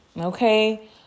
Okay